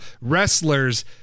wrestlers